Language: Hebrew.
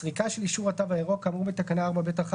סריקה של אישור "התו הירוק" כאמור בתקנה 4(ב)(1)